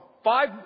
Five